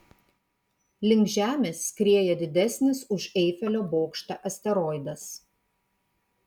link žemės skrieja didesnis už eifelio bokštą asteroidas